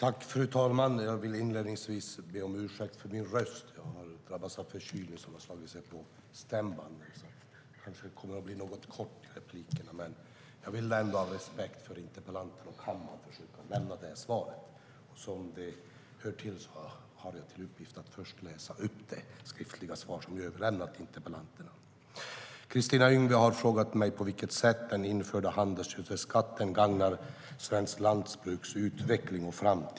Fru talman! Kristina Yngwe har frågat mig på vilket sätt den införda handelsgödselskatten gagnar svenskt lantbruks utveckling och framtid.